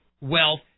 wealth